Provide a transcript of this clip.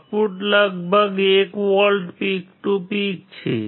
output લગભગ 1 volt peak to peak છે